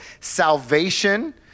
salvation